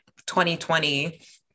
2020